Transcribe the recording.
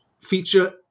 feature